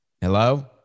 Hello